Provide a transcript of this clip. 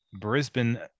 Brisbane